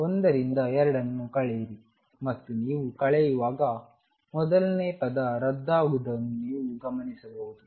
1 ರಿಂದ 2 ಅನ್ನು ಕಳೆಯಿರಿ ಮತ್ತು ನೀವು ಕಳೆಯುವಾಗ ಮೊದಲನೆ ಪದ ರದ್ದಾಗುವುದನ್ನು ನೀವು ಗಮನಿಸಬಹುದು